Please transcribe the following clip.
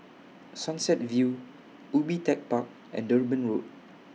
Sunset View Ubi Tech Park and Durban Road